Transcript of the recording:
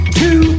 two